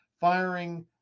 firing